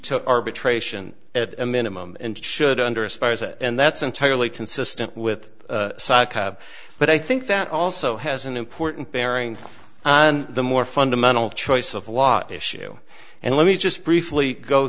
to arbitration at a minimum and should under a spouse and that's entirely consistent with but i think that also has an important bearing on the more fundamental choice of law issue and let me just briefly go